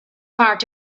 part